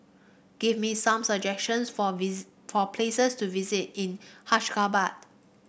give me some suggestions for place for places to visit in Ashgabat